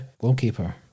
goalkeeper